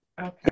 Okay